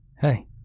Hey